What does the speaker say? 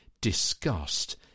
Disgust